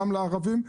גם לערבים,